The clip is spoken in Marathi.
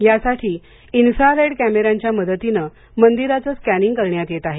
यासाठी इन्फ्रा रेड कॅमेऱ्यांच्या मदतीने मंदिराचे स्कॅनिंग करण्यात येत आहे